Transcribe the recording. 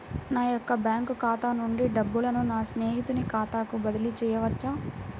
నా యొక్క బ్యాంకు ఖాతా నుండి డబ్బులను నా స్నేహితుని ఖాతాకు బదిలీ చేయవచ్చా?